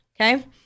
Okay